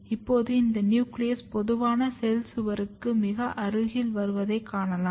இப்போது இந்த நியூக்ளியஸ் பொதுவான செல் சுவருக்கு மிக அருகில் வருவதை காணலாம்